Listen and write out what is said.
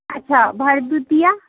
अच्छा भरदुतिआ